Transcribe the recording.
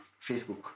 Facebook